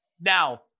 Now